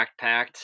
backpacked